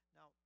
Now